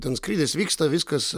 ten skrydis vyksta viskas